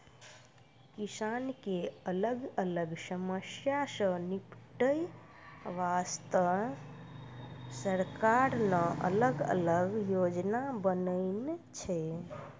किसान के अलग अलग समस्या सॅ निपटै वास्तॅ सरकार न अलग अलग योजना बनैनॅ छै